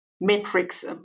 metrics